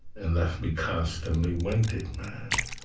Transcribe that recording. and left me constantly winded, man.